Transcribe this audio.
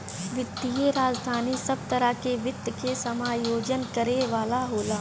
वित्तीय राजधानी सब तरह के वित्त के समायोजन करे वाला होला